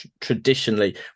traditionally